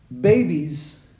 Babies